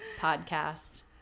podcast